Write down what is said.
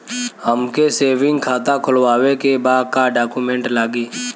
हमके सेविंग खाता खोलवावे के बा का डॉक्यूमेंट लागी?